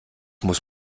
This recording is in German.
muss